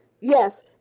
Yes